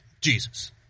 Jesus